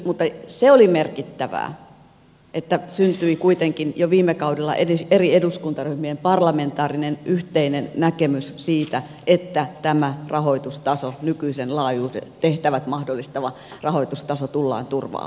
mutta se oli merkittävää että syntyi kuitenkin jo viime kaudella edes eri eduskuntaryhmien parlamentaarinen yhteinen näkemys siitä että tämä nykyisen laajuiset tehtävät mahdollistava rahoitustaso tullaan turvaamaan